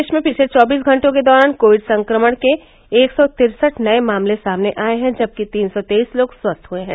प्रदेश में पिछले चौबीस घंटों के दौरान कोविड संक्रमण के एक सौ तिरसठ नये मामले सामने आये हैं जबकि तीन सौ तेईस लोग स्वस्थ हए हैं